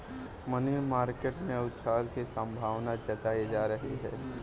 money market में उछाल की संभावना जताई जा रही है